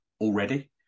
already